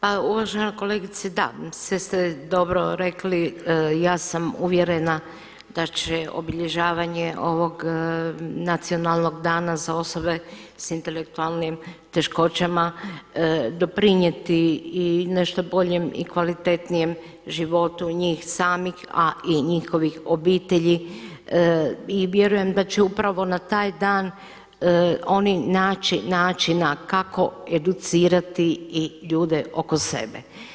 Pa uvažena kolegice da, sve ste dobro rekli ja sam uvjerena da će obilježavanje ovog nacionalnog dana za osobe s intelektualnim teškoćama doprinijeti i nešto boljem i kvalitetnijem životu njih samih, a i njihovih obitelji i vjerujem da će upravo na taj dan oni naći način kako educirati i ljude oko sebe.